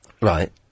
Right